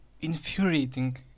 infuriating